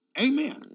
amen